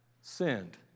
sinned